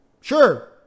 sure